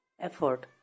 effort